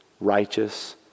righteous